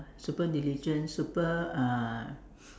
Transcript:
super diligent super uh